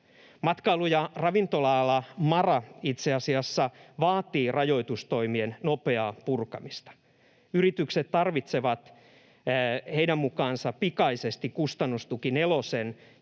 Matkailu- ja ravintola-ala, MaRa, itse asiassa vaatii rajoitustoimien nopeaa purkamista. Yritykset tarvitsevat heidän mukaansa pikaisesti kustannustuki nelosen,